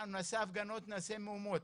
אנחנו נעשה הפגנות ומהומות,